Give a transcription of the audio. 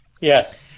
Yes